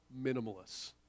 minimalists